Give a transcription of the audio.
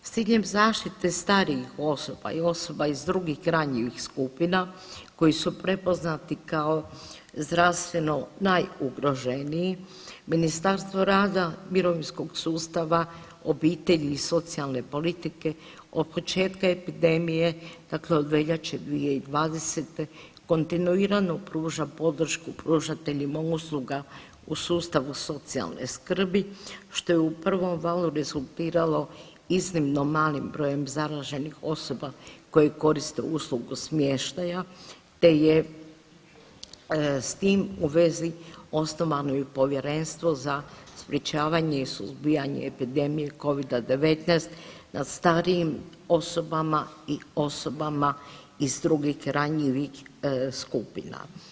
S ciljem zaštite starijih osoba i osoba iz drugih ranjivih skupina koji su prepoznati kao zdravstveno najugroženiji Ministarstvo rada, mirovinskog sustava, obitelji i socijalne politike od početka epidemije, dakle od veljače 2020. kontinuirano pruža podršku pružateljima usluga u sustavu socijalne skrbi što je u prvom valu rezultiralo iznimno malim brojem zaraženih osoba koji koriste uslugu smještaja te je s tim u vezi osnovano i povjerenstvo za sprječavanje i suzbijanje epidemije Covida-19 na starijim osobama i osobama iz drugih ranjivih skupina.